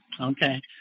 Okay